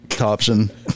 option